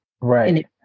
Right